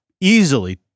easily